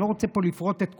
אני לא רוצה פה לפרט את כולם,